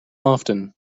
often